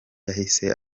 yahise